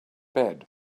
bed